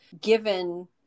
given